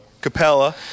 Capella